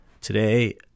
Today